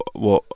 well,